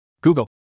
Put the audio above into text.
Google